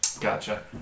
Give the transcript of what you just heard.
Gotcha